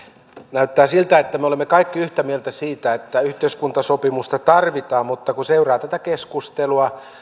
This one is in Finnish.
näyttää siltä että me olemme kaikki yhtä mieltä siitä että yhteiskuntasopimusta tarvitaan mutta kun seuraa tätä keskustelua